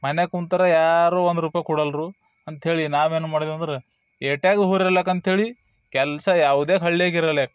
ಮನೆಗೆ ಕುಂತ್ರೆ ಯಾರು ಒಂದು ರುಪಾಯ್ ಕೊಡಲ್ಲರು ಅಂತೇಳಿ ನಾವೇನು ಮಾಡ್ದೇವಂದ್ರೆ ಏಟೆ ದೂರ ಇರಲ್ಯಾಕ ಅಂತ ಹೇಳಿ ಕೆಲಸ ಯಾವುದೇ ಹಳ್ಳಿಗೆ ಇರಲಿ